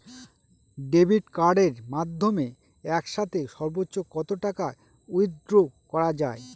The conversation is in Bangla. ডেবিট কার্ডের মাধ্যমে একসাথে সর্ব্বোচ্চ কত টাকা উইথড্র করা য়ায়?